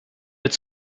wird